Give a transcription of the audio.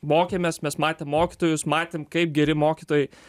mokėmės mes matėm mokytojus matėm kaip geri mokytojai